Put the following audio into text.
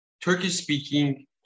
Turkish-speaking